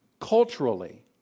culturally